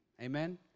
Amen